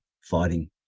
fighting